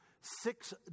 six